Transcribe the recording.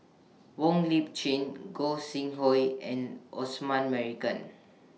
Wong Lip Chin Gog Sing Hooi and Osman Merican